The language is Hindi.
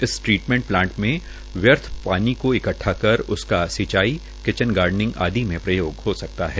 इस ट्रीटमेंट प्लांट से व्यर्थ पानी को इकट्टा कर उसका सिंचाई किंचन गार्डनिंग आदि में प्रयोग हो सकता है